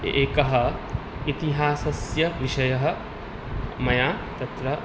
एकः इतिहासस्य विषयः मया तत्र